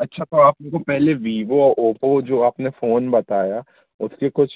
अच्छा तो आप मेरे को पहले वीवो ओपो जो आपने फ़ोन बताया उसके कुछ